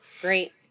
Great